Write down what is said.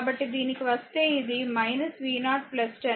కాబట్టి దీనికి వస్తే ఇది v0 10 i1 6 i3 0